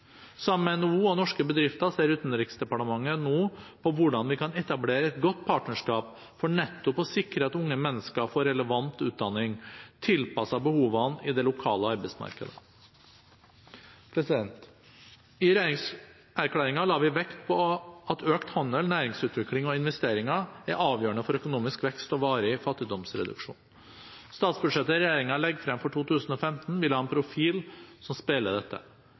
Sammen med NHO og norske bedrifter ser Utenriksdepartementet nå på hvordan vi kan etablere et godt partnerskap for nettopp å sikre at unge mennesker får relevant utdanning tilpasset behovene i det lokale arbeidsmarkedet. I regjeringserklæringen la vi vekt på at økt handel, næringsutvikling og investeringer er avgjørende for økonomisk vekst og varig fattigdomsreduksjon. Statsbudsjettet regjeringen legger frem for 2015, vil ha en profil som speiler dette.